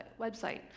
website